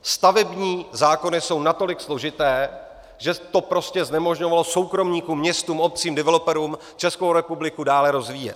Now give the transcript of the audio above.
Stavební zákony jsou natolik složité, že to prostě znemožňovalo soukromníkům, městům, obcím, developerům Českou republiku dále rozvíjet.